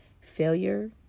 failure